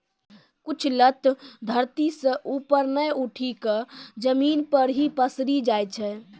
कुछ लता धरती सं ऊपर नाय उठी क जमीन पर हीं पसरी जाय छै